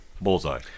Bullseye